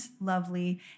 lovely